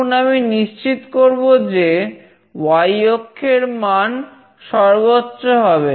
এখন আমি নিশ্চিত করবো যে y অক্ষের মান সর্বোচ্চ হবে